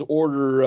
order